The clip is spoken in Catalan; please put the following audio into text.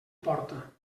porta